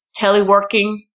teleworking